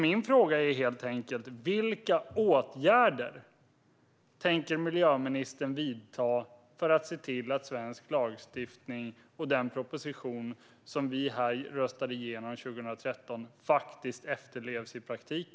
Min fråga är därför helt enkelt vilka åtgärder miljöministern tänker vidta för att se till att svensk lagstiftning och den proposition som vi röstade igenom här 2013 faktiskt efterlevs i praktiken.